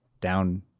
down